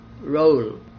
role